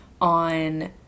on